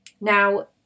Now